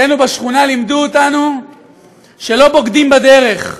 אצלנו בשכונה לימדו אותנו שלא בוגדים בדרך,